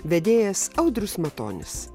vedėjas audrius matonis